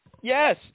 Yes